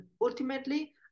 ultimately